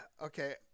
okay